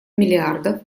миллиардов